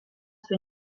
suo